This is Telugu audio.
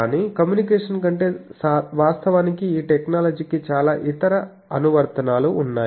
కానీ కమ్యూనికేషన్ కంటే వాస్తవానికి ఈ టెక్నాలజీకి చాలా ఇతర అనువర్తనాలు ఉన్నాయి